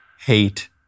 hate